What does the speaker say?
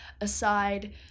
aside